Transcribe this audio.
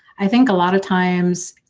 i think a lot of times,